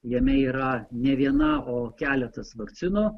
jame yra ne viena o keletas vakcinų